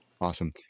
awesome